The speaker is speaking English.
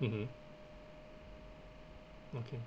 mmhmm okay